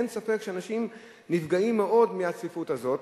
אין ספק שאנשים נפגעים מאוד מהצפיפות הזאת,